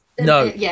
No